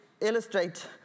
illustrate